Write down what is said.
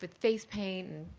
but face paint.